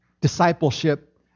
discipleship